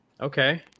okay